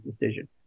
decision